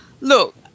look